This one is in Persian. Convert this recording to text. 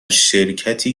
شرکتی